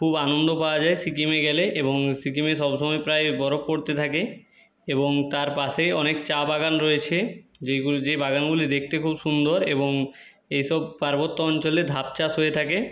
খুব আনন্দ পাওয়া যায় সিকিমে গেলে এবং সিকিমের সবসময় প্রায় বরফ পড়তে থাকে এবং তার পাশেই অনেক চা বাগান রয়েছে যেগুলো যে বাগানগুলি দেখতে খুব সুন্দর এবং এসব পার্বত্য অঞ্চলে ধাপ চাষ হয়ে থাকে